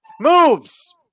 moves